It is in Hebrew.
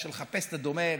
של לחפש את הדומה,